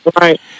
Right